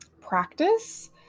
practice